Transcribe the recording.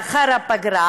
לאחר הפגרה,